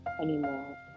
anymore